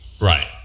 Right